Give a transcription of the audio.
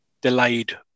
delayed